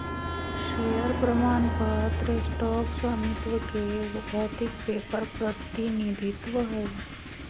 share प्रमाण पत्र stock स्वामित्व के एगो भौतिक पेपर प्रतिनिधित्व हइ